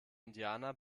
indianer